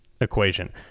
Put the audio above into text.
equation